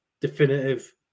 definitive